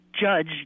Judge